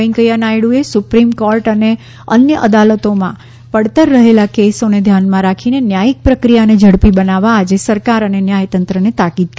વેંકૈયા નાયડુએ supreme court અને અન્ય અદાલતોમાં પડતર રહેલા કેસોને ધ્યાનમાં રાખીને ન્યાયિક પ્રક્રિયાને ઝડપી બનાવવા આજે સરકાર અને ન્યાયતંત્રને તાકીદ કરી છે